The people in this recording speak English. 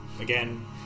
again